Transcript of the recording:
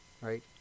Right